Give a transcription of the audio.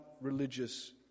religious